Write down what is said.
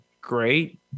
Great